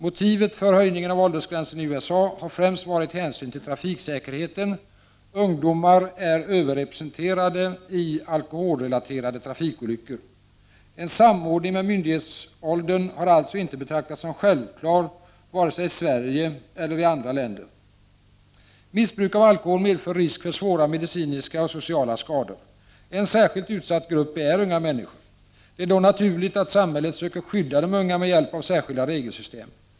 Motivet för höjningen av åldersgränsen i USA har främst varit hänsyn till trafiksäkerheten; ungdomar är överrepresenterade i alkoholrelaterade trafikolyckor. En samordning med myndighetsåldern har alltså inte betraktats som självklar, vare sig i Sverige eller i andra länder. Missbruk av alkohol medför risk för svåra medicinska och sociala skador. En särskilt utsatt grupp är unga människor. Det är då naturligt att samhället söker skydda de unga med hjälp av särskilda regelsystem.